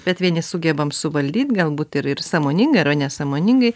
bet vieni sugebam suvaldyt galbūt ir ir sąmoningai arba nesąmoningai